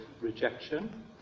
rejection